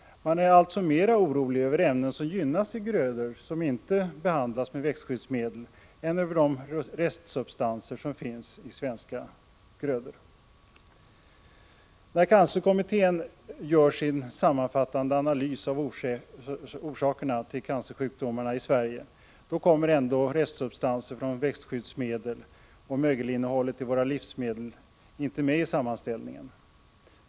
Man är alltså mer orolig över ämnen som gynnas i grödor som inte behandlats med växtskyddsmedel än över de restsubstanser som finns i svenska grödor. När cancerkommittén gör sin sammanfattande analys av orsakerna till cancersjukdomarna i Sverige kommer restsubstanser från växtskyddsmedel och mögelinnehållet i våra livsmedel ändå inte med i sammanställningen.